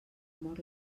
mor